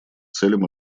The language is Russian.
целям